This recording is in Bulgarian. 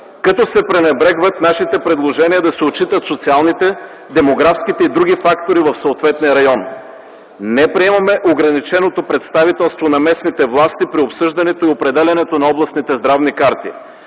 като се пренебрегват нашите предложения да се отчитат социалните, демографските и други фактори в съответния район. Не приемаме ограниченото представителство на местните власти при обсъждането и определянето на областните здравни карти.